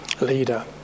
leader